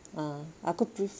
a'ah aku prefer